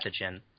pathogen